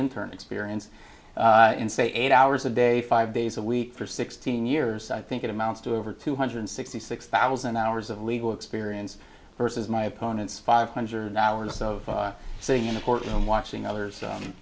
turn experience in say eight hours a day five days a week for sixteen years i think it amounts to over two hundred sixty six thousand hours of legal experience versus my opponents five hundred hours of sitting in a courtroom watching others